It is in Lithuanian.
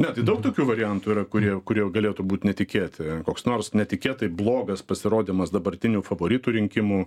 ne tai daug tokių variantų yra kurie kurie galėtų būt netikėti koks nors netikėtai blogas pasirodymas dabartinių favoritų rinkimų